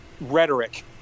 rhetoric